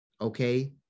Okay